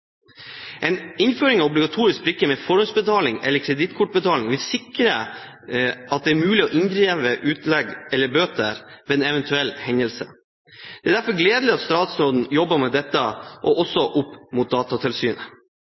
En innføring av obligatorisk brikke med forhåndsbetaling eller kredittkortbetaling vil sikre at det er mulig å inndrive utlegg eller bøter ved en eventuell hendelse. Det er derfor gledelig at statsråden jobber med dette, også opp mot Datatilsynet.